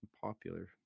Popular